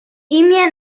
imię